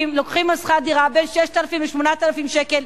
לוקחים שכר דירה בין 6,000 ל-8,000 שקל.